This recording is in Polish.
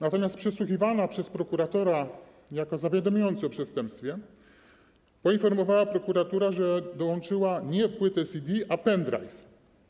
Natomiast przesłuchiwana przez prokuratora jako zawiadamiająca o przestępstwie poinformowała prokuratora, że dołączyła nie płytę CD, a pendrive.